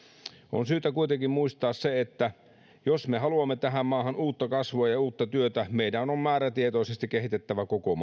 on syytä kuitenkin muistaa se että jos me haluamme tähän maahan uutta kasvua ja uutta työtä meidän on on määrätietoisesti kehitettävä koko